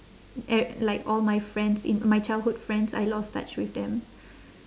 and like all my friends in my childhood friends I lost touch with them